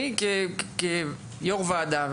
אני כיו"ר ועדה,